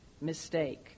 mistake